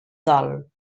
dol